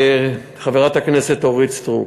חברת הכנסת אורית סטרוק,